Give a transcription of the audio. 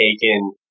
taken